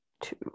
two